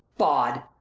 bawd!